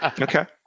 Okay